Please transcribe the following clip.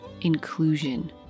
inclusion